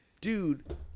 dude